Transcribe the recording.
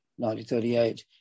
1938